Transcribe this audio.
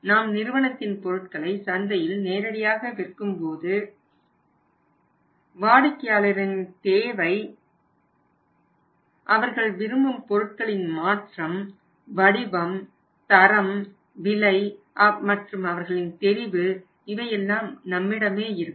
நாம் நிறுவனத்தின் பொருட்களை சந்தையில் நேரடியாக விற்கும்போது வாடிக்கையாளர்களின் தேவை அவர்கள் விரும்பும் பொருட்களின் மாற்றம் வடிவம் தரம் விலை மற்றும் அவர்களின் தெரிவு இவையெல்லாம் நம்மிடமே இருக்கும்